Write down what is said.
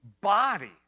body